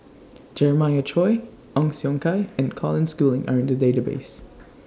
Jeremiah Choy Ong Siong Kai and Colin Schooling Are in The Database